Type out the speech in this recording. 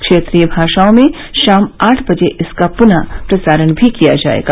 क्षेत्रीय भाषाओं में शाम आठ बजे इसका पुनः प्रसारण भी किया जाएगा